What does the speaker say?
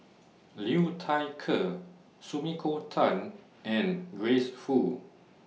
Liu Thai Ker Sumiko Tan and Grace Fu